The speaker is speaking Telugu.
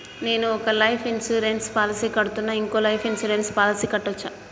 నేను ఒక లైఫ్ ఇన్సూరెన్స్ పాలసీ కడ్తున్నా, ఇంకో లైఫ్ ఇన్సూరెన్స్ పాలసీ కట్టొచ్చా?